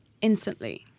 instantly